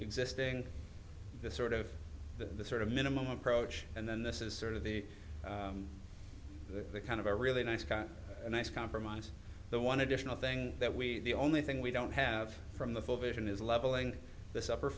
existing sort of the sort of minimum approach and then this is sort of the kind of a really nice guy and compromise the one additional thing that we the only thing we don't have from the full vision is leveling this upper